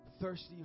Thirsty